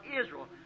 Israel